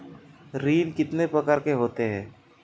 ऋण कितने प्रकार के होते हैं?